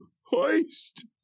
hoist